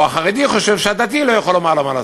או החרדי חושב שהדתי לא יכול לומר לו מה לעשות.